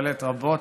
הפועלת רבות